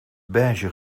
beige